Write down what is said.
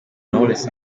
knowless